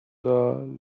the